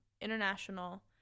international